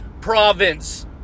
province